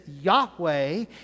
Yahweh